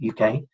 UK